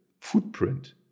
footprint